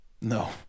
No